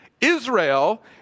Israel